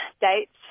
dates